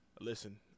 listen